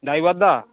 driver the